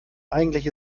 eigentlich